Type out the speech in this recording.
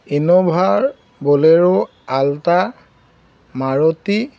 Innova বলেৰো ultra Maruti